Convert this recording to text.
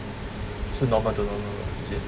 还是 normal